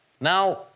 Now